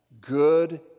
good